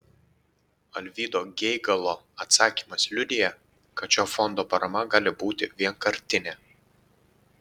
alvydo geigalo atsakymas liudija kad šio fondo parama gali būti vienkartinė